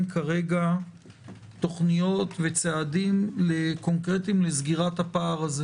כרגע תוכניות וצעדים קונקרטיים לסגירת הפער הזה